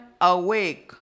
awake